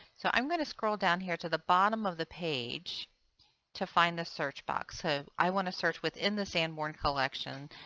so i'm going to scroll down here to the bottom of the page to find the search box. ah i want to search within the sanborn collection.